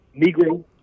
Negro